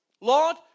Lord